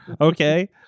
okay